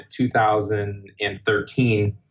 2013